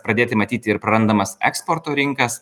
pradėti matyti ir prarandamas eksporto rinkas